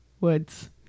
Woods